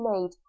made